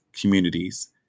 communities